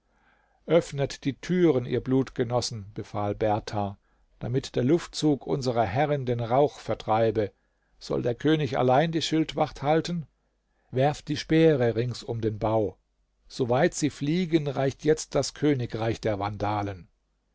öffnet die türen ihr blutgenossen befahl berthar damit der luftzug unserer herrin den rauch vertreibe soll der könig allein die schildwacht halten werft die speere rings um den bau soweit sie fliegen reicht jetzt das königreich der vandalen